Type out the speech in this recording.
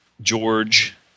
George